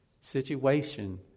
situation